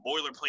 boilerplate